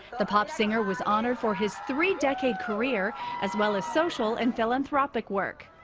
the pop singer was honored for his three decade career as well as social and philanthropic work.